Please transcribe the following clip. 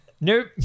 Nope